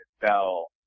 Bell